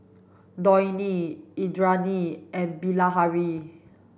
Dhoni Indranee and Bilahari